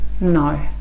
no